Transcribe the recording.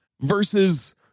versus